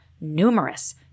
numerous